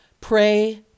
Pray